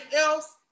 else